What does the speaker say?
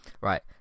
right